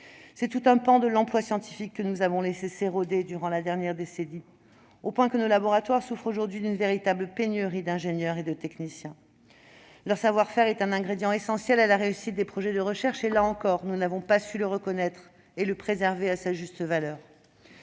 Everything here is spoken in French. C'est tout un pan de l'emploi scientifique que nous avons laissé s'éroder durant la dernière décennie, au point que nos laboratoires souffrent aujourd'hui d'une véritable pénurie d'ingénieurs et de techniciens. Leur savoir-faire est un ingrédient essentiel à la réussite des projets de recherche, que nous n'avons pas su reconnaître ni préserver à sa juste valeur.